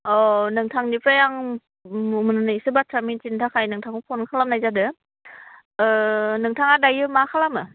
औ नोंथांनिफ्राय आं मोननैसो बाथ्रा मिथिनो थाखाय नोंथांखौ फन खालामनाय जादों नोंथाङा दायो मा खालामो